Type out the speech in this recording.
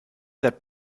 that